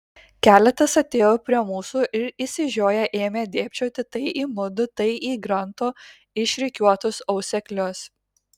keletas atėjo prie mūsų ir išsižioję ėmė dėbčioti tai į mudu tai į granto išrikiuotus auseklius